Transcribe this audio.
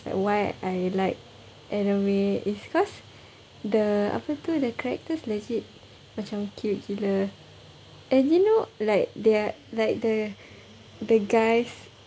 like why I like anime is cause the apa tu the characters legit macam cute gila and you know like they're like the the guys